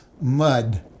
mud